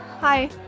Hi